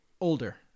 older